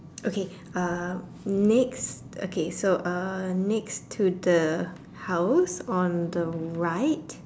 okay uh next okay so uh next to the house on the right